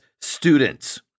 students